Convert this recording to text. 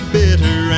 bitter